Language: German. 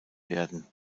werden